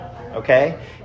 Okay